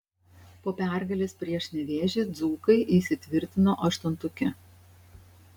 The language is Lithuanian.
po pergalės prieš nevėžį dzūkai įsitvirtino aštuntuke